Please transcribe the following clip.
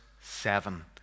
seven